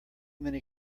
many